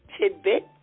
tidbit